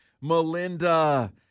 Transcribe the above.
Melinda